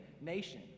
nation